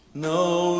No